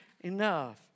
enough